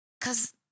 cause